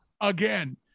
again